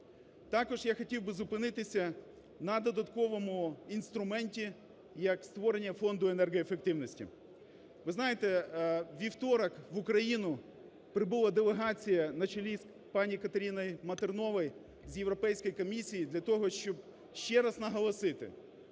Також я хотів би зупинитися на додатковому інструменті як створення фонду енергоефективності. Ви знаєте, у вівторок, в Україну прибула делегація на чолі з пані Катериною Матерновою з Європейської Комісії для того, щоб ще раз наголосити,